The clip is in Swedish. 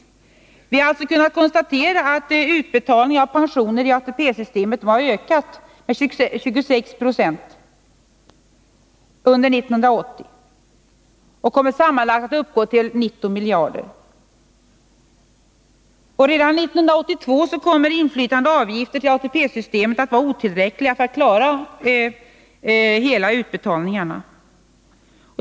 Vi har alltså kunnat konstatera att utbetalningen av pensioner i ATP-systemet har ökat med 26 20 under 1980 och sammanlagt kommer att uppgå till 19 miljarder. Redan 1982 kommer inflytande avgifter till ATP-systemet att vara otillräckliga för att vi skall kunna klara hela utbetalningen.